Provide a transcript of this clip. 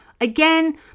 Again